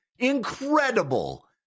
incredible